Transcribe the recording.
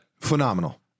phenomenal